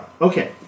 Okay